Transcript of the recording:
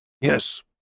Yes